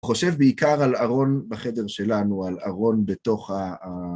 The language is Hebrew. חושב בעיקר על ארון בחדר שלנו, על ארון בתוך ה...